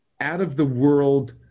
out-of-the-world